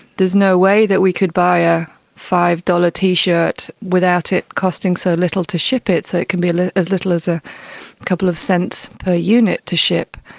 there's no way that we could buy a five dollars t-shirt without it costing so little to ship it, so it can be as little as a couple of cents per unit to ship.